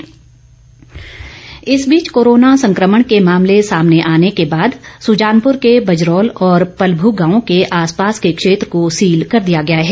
सख्ती इस बीच कोरोना संक्रमण के मामले सामने आने के बाद सुजानपुर के बजरोल और पलमू गांव के आसपास को क्षेत्र को सील कर दिया गया है